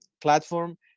platform